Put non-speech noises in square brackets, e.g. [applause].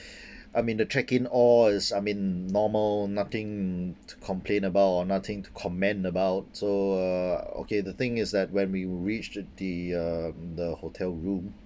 [breath] I mean the check-in all is I mean normal nothing to complain about or nothing to comment about so uh okay the thing is that when we reach the uh the hotel room